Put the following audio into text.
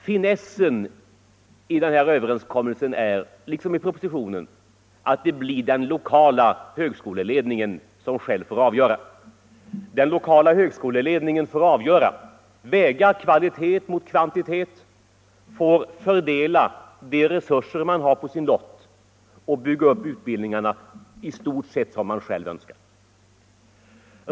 Finessen i den här överenskommelsen liksom i propositionen är att den lokala högskoleledningen själv får avgöra, väga kvalitet mot kvantitet, fördela de resurser den har och bygga upp utbildningarna i stort sett som den själv önskar.